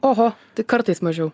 oho tik kartais mažiau